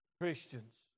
Christians